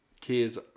kids